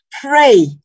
Pray